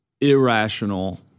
irrational